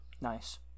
Nice